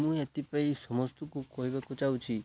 ମୁଁ ଏଥିପାଇଁ ସମସ୍ତଙ୍କୁ କହିବାକୁ ଚାହୁଁଛି